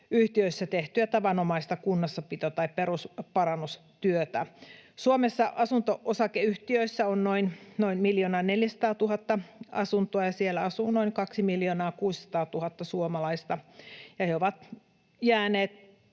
tehtyä tavanomaista kunnossapito- tai perusparannustyötä. Suomessa asunto-osakeyhtiöissä on noin 1 400 000 asuntoa, ja niissä asuu noin 2 600 000 suomalaista. He ovat jääneet